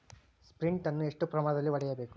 Sprint ಅನ್ನು ಎಷ್ಟು ಪ್ರಮಾಣದಲ್ಲಿ ಹೊಡೆಯಬೇಕು?